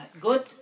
good